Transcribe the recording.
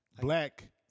Black